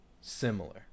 similar